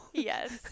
Yes